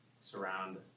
surround